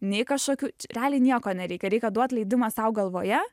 nei kažkokių realiai nieko nereikia reikia duot leidimą sau galvoje